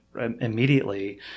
immediately